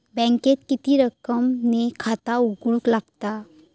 बँकेत किती रक्कम ने खाता उघडूक लागता?